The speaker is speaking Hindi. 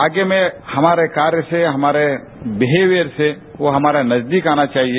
आगे में हमारे कार्य से हमारे बिहेवियर से नजदीक आना चाहिए